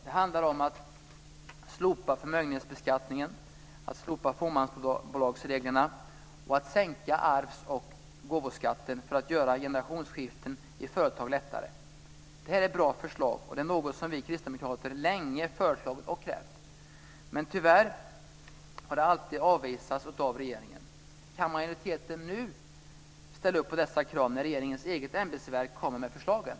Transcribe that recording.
Det handlar om att slopa förmögenhetsskatten, att slopa fåmansbolagsreglerna och att sänka arvs och gåvoskatten för att göra generationsskiften i företag lättare. Detta är bra förslag, och det är något som vi kristdemokrater länge har föreslagit och krävt. Men tyvärr har det alltid avvisats av regeringen. Kan majoriteten nu ställa upp på dessa krav när regeringens eget ämbetsverk kommer med förslagen?